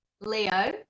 Leo